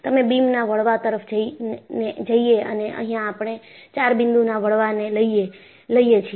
તમે બીમના વળવા તરફ જાઈએ અને અહિયાં આપણે ચાર બિંદુના વળવા ને લઈએ છીએ